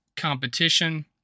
competition